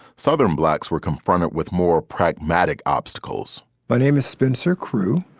southern blacks were confronted with more pragmatic obstacles my name is spencer crew.